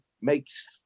makes